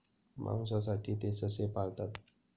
मांसासाठी ते ससे पाळतात